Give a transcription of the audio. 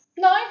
No